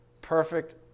perfect